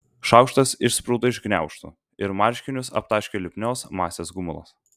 šaukštas išsprūdo iš gniaužtų ir marškinius aptaškė lipnios masės gumulas